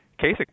Kasich